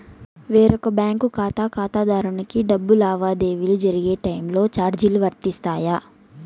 వేరొక బ్యాంకు ఖాతా ఖాతాదారునికి డబ్బు లావాదేవీలు జరిగే టైములో చార్జీలు వర్తిస్తాయా?